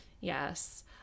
Yes